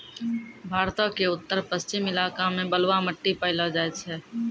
भारतो के उत्तर पश्चिम इलाका मे बलुआ मट्टी पायलो जाय छै